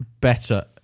better